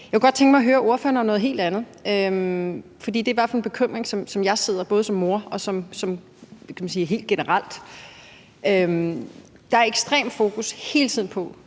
Jeg kunne godt tænke mig at høre ordføreren om noget helt andet, nemlig om en bekymring, som jeg sidder med som mor og helt generelt. Der er hele tiden